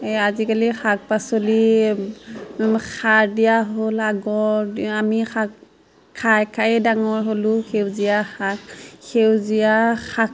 এই আজিকালি শাক পাচলি সাৰ দিয়া হ'ল আগৰ দিয়া আমি শাক খাই খাইয়ে ডাঙৰ হ'লোঁ সেউজীয়া শাক সেউজীয়া শাক